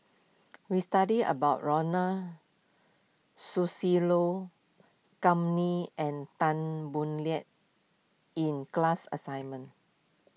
we studied about Ronald Susilo Kam Ning and Tan Boo Liat in class assignment